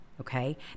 okay